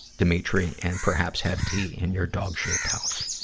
dimitry, and perhaps have tea in your dog-shaped house.